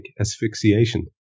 asphyxiation